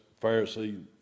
Pharisee